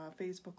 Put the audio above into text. Facebook